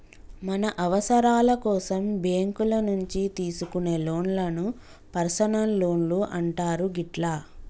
మన అవసరాల కోసం బ్యేంకుల నుంచి తీసుకునే లోన్లను పర్సనల్ లోన్లు అంటారు గిట్లా